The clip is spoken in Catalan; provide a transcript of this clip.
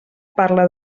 parla